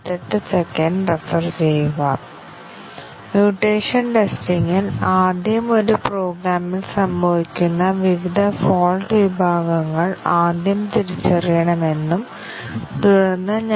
ഒന്ന് കവറേജ് അധിഷ്ഠിതവും മറ്റൊന്ന് ഫോൾട്ട് അധിഷ്ഠിതവുമാണ് ഞങ്ങൾ കവറേജ് അടിസ്ഥാനമാക്കിയുള്ള ടെസ്റ്റിംഗ് ടെക്നിക്കുകൾ നോക്കാൻ തുടങ്ങി